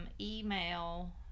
email